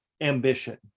ambition